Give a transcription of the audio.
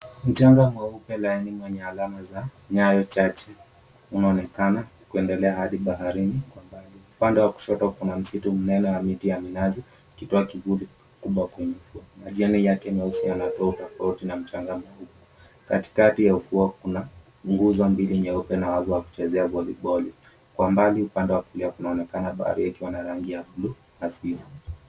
Mchanga mweupe laini mwenye alama za nyayo chache unaonekana kuendelea hadi baharini kwa mbali. Upande wa kushoto kuna msitu mnene wa miti ya minazi kituo kikubwa. Majani yake meusi yanakauka. Katikati ya ufuo kuna nguzo mbili nyeupe na wavu wa kuchezea voliboli. Kwa umbali upande wa kulia kunaonekana bahari ikiwa na rangi ya buluu hafifu.